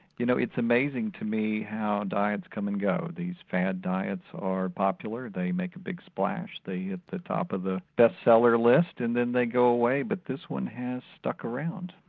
you know it's amazing to me how diets come and go, these fad diets are popular, they make a big splash, they hit the top of the bestseller list and then they go away. but this one has stuck around.